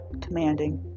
commanding